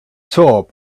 top